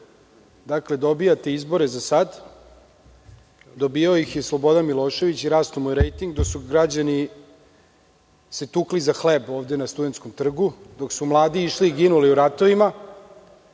jedno. Dakle, dobijate izbore za sad, dobijao ih je Slobodan Milošević i rastao mu je rejting dok su se građani tukli za hleb ovde na Studentskom trgu, dok su mladi išli i ginuli u ratovima,